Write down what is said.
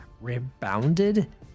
rebounded